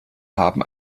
haben